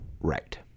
Right